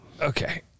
Okay